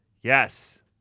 Yes